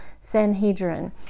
Sanhedrin